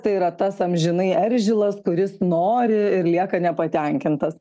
tai yra tas amžinai eržilas kuris nori ir lieka nepatenkintas